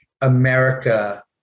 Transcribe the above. america